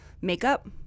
makeup